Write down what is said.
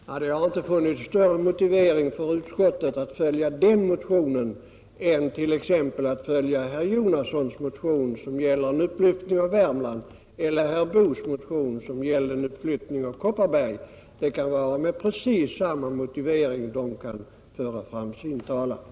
Herr talman! Det har inte funnits större motivering för utskottet att följa den motionen än att följa t.ex. herr Jonassons motion, som gäller en uppflyttning av Värmlands län, eller herr Boos motion, som gäller en uppflyttning av Kopparbergs län. De motionärerna kan föra sin talan med precis samma motivering.